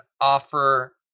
offer